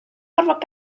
gorfod